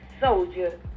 soldier